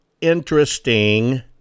interesting